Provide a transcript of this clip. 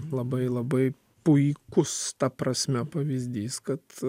labai labai puikus ta prasme pavyzdys kad